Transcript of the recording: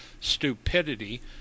stupidity